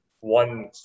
one